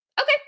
Okay